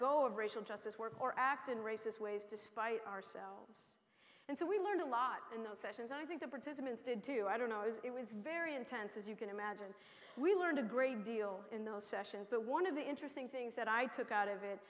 go of racial justice work or act in racist ways to spite ourselves and so we learned a lot in those sessions i think the participants did too i don't know as it was very intense as you can imagine we learned a great deal in those sessions but one of the interesting things that i took out of it